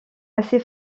assez